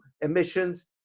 emissions